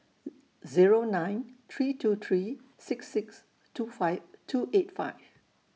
Zero nine three two three six six two five two eight five